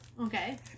Okay